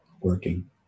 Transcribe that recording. working